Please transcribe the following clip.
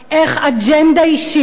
איך אג'נדה אישית